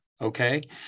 Okay